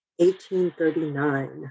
1839